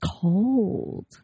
cold